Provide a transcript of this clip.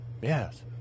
Yes